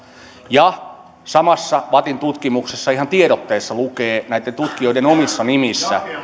ja samassa vattin tutkimuksessa ihan tiedotteessa lukee näitten tutkijoiden omissa nimissä